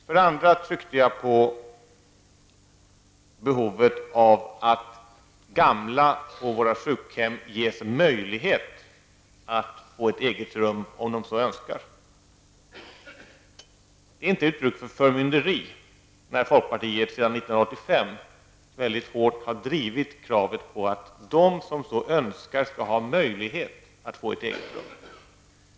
För det andra pekade jag på behovet av att gamla människor på våra sjukhem ges möjlighet att få ett eget rum om de så önskar. Det är inte ett uttryck för förmynderi att folkpartiet sedan 1985 mycket hårt har drivit kravet på att de som så önskar skall ha möjlighet att få ett eget rum.